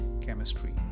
Chemistry